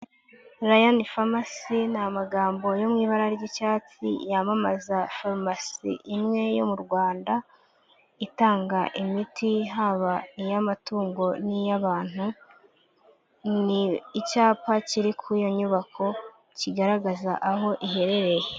Rayani farumasi ni amagambo yo mu ibara ry'icyatsi yamamaza farumasi imwe yo mu Rwanda, itanga imiti haba iy'amatungo n'iy'abantu, ni icyapa kiri ku iyo nyubako, kigaragaza aho iherereye.